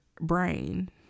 brain